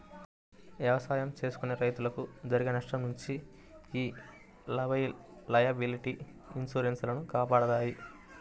ఎవసాయం చేసుకునే రైతులకు జరిగే నష్టం నుంచి యీ లయబిలిటీ ఇన్సూరెన్స్ లు కాపాడతాయి